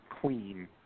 Queen